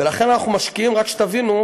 ולכן אנחנו משקיעים, רק שתבינו,